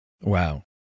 Wow